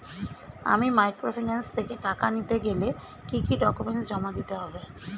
আমি মাইক্রোফিন্যান্স থেকে টাকা নিতে গেলে কি কি ডকুমেন্টস জমা দিতে হবে?